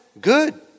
good